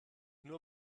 nur